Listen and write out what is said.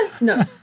no